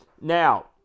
Now